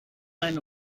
eine